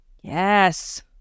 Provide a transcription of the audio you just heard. Yes